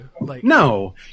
No